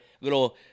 little